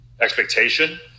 expectation